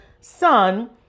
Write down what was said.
son